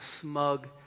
smug